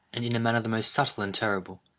and, in a manner the most subtle and terrible,